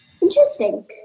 interesting